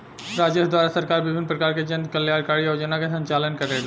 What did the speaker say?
राजस्व द्वारा सरकार विभिन्न परकार के जन कल्याणकारी योजना के संचालन करेला